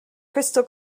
crystal